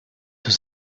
was